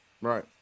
Right